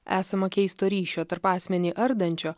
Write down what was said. esama keisto ryšio tarp asmenį ardančio